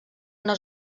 una